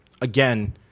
again –